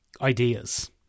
ideas